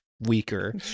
weaker